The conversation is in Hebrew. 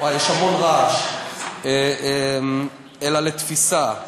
יש המון רעש, אלא לתפיסה.